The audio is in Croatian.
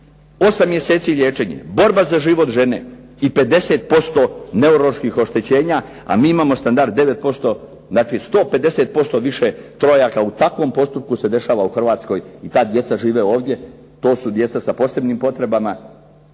8 mjeseci liječenje, borba za život žene i 50% neuroloških oštećenja, a mi imamo standard 9%, znači 150% više trojaka u takvom postupku se dešava u Hrvatskoj i ta djeca žive ovdje. To su djeca sa posebnim potrebama